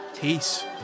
Peace